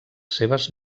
seves